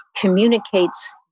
communicates